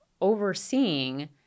overseeing